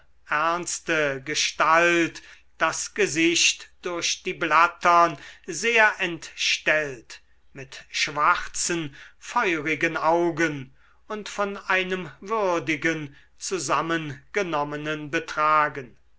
ernste gestalt das gesicht durch die blattern sehr entstellt mit schwarzen feurigen augen und von einem würdigen zusammengenommenen betragen